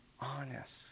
honest